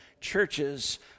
churches